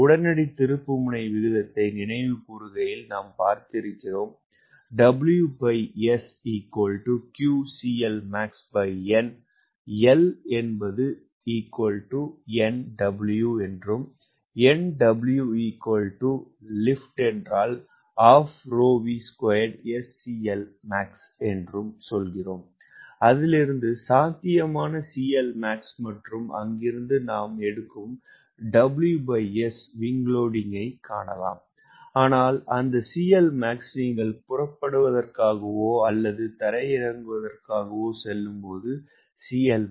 உடனடி திருப்புமுனை விகிதத்தை நினைவு கூறுகையில் நாம் பார்த்திருக்கிறோம் அதிலிருந்து சாத்தியமான CLmax மற்றும் அங்கிருந்து நாம் ws காணலாம் ஆனால் இந்த CLmax நீங்கள் புறப்படுவதற்கோ அல்லது தரையிறங்குவதற்கோ செல்லும்போது CLmax அல்ல